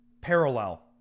parallel